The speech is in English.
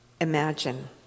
Imagine